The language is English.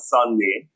Sunday